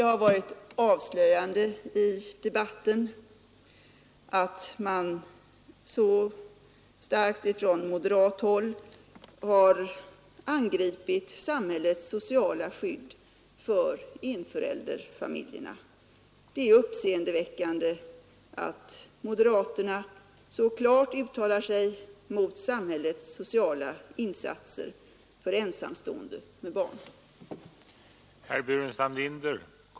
Det har varit avslöjande i debatten att man så starkt från moderat håll har angripit samhällets sociala skydd för enförälderfamiljerna. Det är uppseendeväckande att moderaterna så klart uttalar sig mot samhällets sociala insatser för de ensamstående med barn.